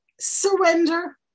surrender